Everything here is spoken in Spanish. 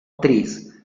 actriz